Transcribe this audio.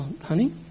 honey